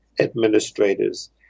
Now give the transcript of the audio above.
administrators